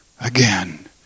again